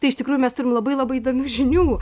tai iš tikrųjų mes turim labai labai įdomių žinių